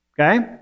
okay